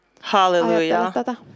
Hallelujah